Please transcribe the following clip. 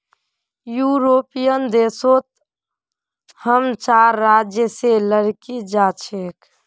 European देश सोत हम चार राज्य से लकड़ी जा छे